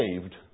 saved